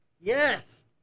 Yes